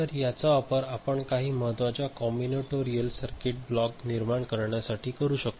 तर याचा वापर आपण काही महत्वाचे कॉम्बीनेटरियल सर्किट ब्लॉक निर्माण करण्यासाठी करू शकतो